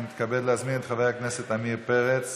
אני מתכבד להזמין את חבר הכנסת עמיר פרץ